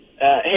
Hey